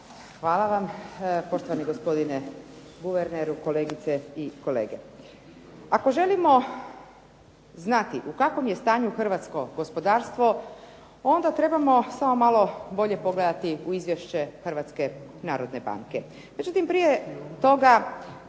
Hvala vam. Poštovani gospodine guverneru, kolegice i kolege. Ako želimo znati u kakvom je stanju hrvatsko gospodarstvo onda trebamo samo bolje pogledati u Izvješće Hrvatske narodne banke.